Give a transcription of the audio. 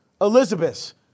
Elizabeth